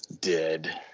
Dead